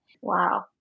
Wow